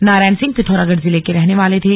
नारायण सिंह पिथौरागढ़ जिले के रहने वाले थे